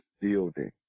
building